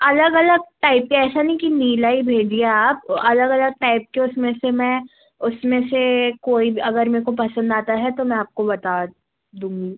अलग अलग टाइप के ऐसा नहीं कि नीला ही भेजिये आप अलग अलग टाइप के उसमें से मैं उसमें से कोई भी अगर मेरे को पसंद आता है तो मैं आपको बता दूँगी